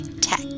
tech